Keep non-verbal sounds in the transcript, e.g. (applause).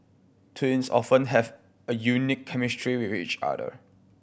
twins often have a unique chemistry (unintelligible) with each other